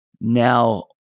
Now